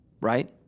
right